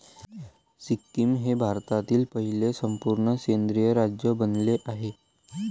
सिक्कीम हे भारतातील पहिले संपूर्ण सेंद्रिय राज्य बनले आहे